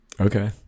Okay